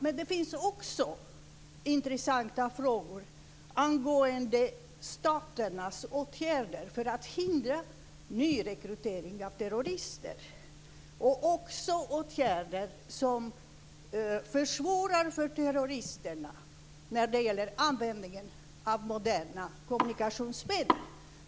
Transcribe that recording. Men det finns också intressanta frågor angående staternas åtgärder för att hindra nyrekrytering av terrorister och även åtgärder som försvårar för terrorister att använda moderna kommunikationsmedel.